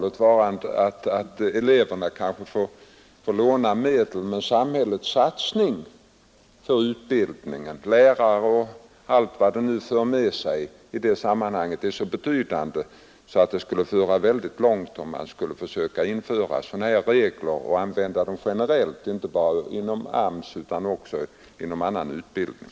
Låt vara att eleverna får låna medel, men samhällets satsning för utbildningen — lärarna och allt som behövs i sammanhanget — är så betydande att det skulle föra mycket långt om man skulle försöka införa sådana här regler och använda dem generellt, inte bara inom AMS utan också inom annan utbildning.